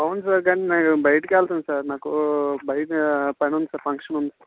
అవును సార్ కానీ నేను బయటికి వెళ్తాను సార్ నాకు బయట పని ఉంది సార్ ఫంక్షన్ ఉంది